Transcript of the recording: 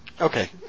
Okay